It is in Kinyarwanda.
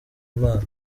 imana